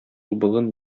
болын